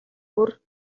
бүр